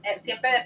siempre